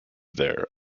there